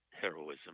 heroism